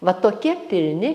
va tokie pilni